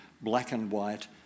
black-and-white